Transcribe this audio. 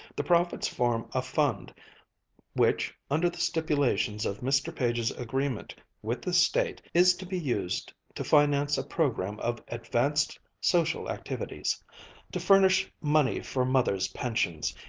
the profits form a fund which, under the stipulations of mr. page's agreement with the state, is to be used to finance a program of advanced social activities to furnish money for mothers' pensions,